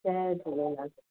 Jay Jhulelal